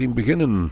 beginnen